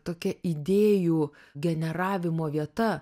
tokia idėjų generavimo vieta